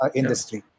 industry